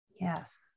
Yes